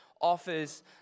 offers